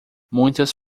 muitas